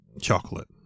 chocolate